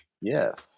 Yes